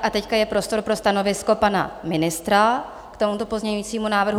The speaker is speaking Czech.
A teď je prostor pro stanovisko pana ministra k tomuto pozměňovacímu návrhu.